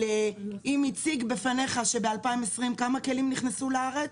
אם הוא הציג בפניך שב-2020 כמה כלים נכנסו לארץ?